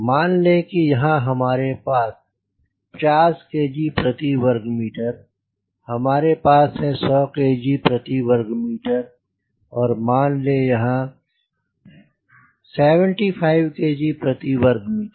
मान लें कि यहाँ हमारे पास है 50 kg प्रति वर्ग मीटर हमारे पास है 100 kg प्रति वर्ग मीटर और मान लें यहाँ है 75 kg प्रति वर्ग मीटर